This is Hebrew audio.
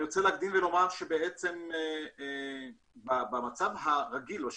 אני רוצה להקדים ולומר שבמצב הרגיל או בשגרה,